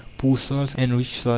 poor soils enriched,